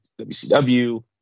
WCW